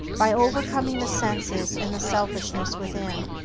by overcoming the senses and the selfishness within,